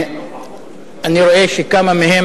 אני רואה שכמה מהם,